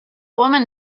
woman